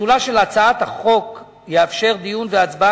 פיצולה של הצעת החוק יאפשר דיון והצבעה